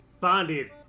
bonded